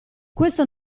questo